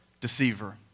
deceiver